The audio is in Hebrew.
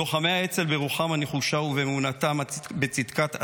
לוחמי האצ"ל, ברוחם הנחושה ובאמונתם בצדקת הדרך,